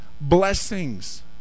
blessings